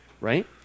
right